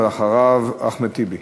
אחריו, אחמד טיבי.